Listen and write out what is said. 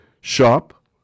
shop